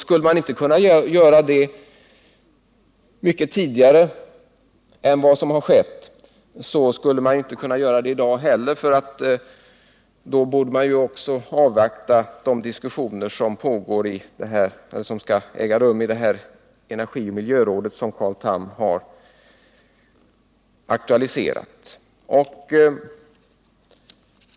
Skulle man inte kunna göra det mycket tidigare än vad som har skett, så skulle man inte kunna göra det i dag heller, för med samma logik borde man också avvakta de diskussioner som skall äga rum i energioch miljörådet, som Carl Tham har aktualiserat.